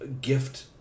gift